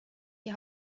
die